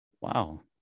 wow